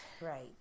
Right